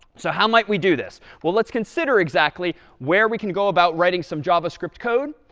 so how might we do this? well, let's consider exactly where we can go about writing some javascript code.